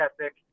ethic